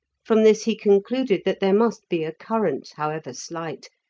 from this he concluded that there must be a current, however slight,